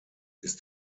ist